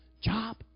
job